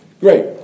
Great